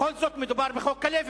בכל זאת מדובר בחוק כלבת.